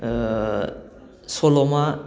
सल'मा